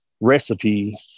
recipe